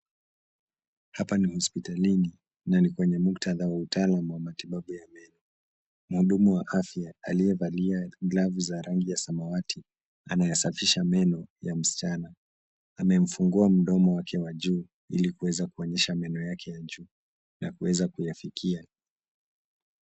Hapa ni hospitalini, na ni kwenye muktadha wa mtaalamu wa matibabu ya meno. Mhudumu wa afya aliyevalia glavu za rangi ya samawati anayasafisha meno ya msichana. Amemfungua mdomo wake wa juu, ili kuweza kuonyesha meno yake ya juu na kuweza kuyafikia.